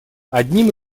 одним